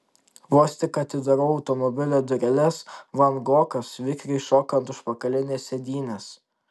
vos tik atidarau automobilio dureles van gogas vikriai šoka ant užpakalinės sėdynės